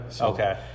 okay